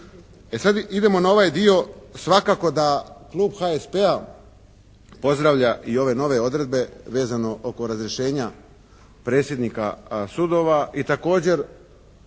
sad idemo na ovaj dio svakako da Klub HSP-a pozdravlja i ove nove odredbe vezano oko razrješenja predsjednika sudova i također